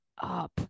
up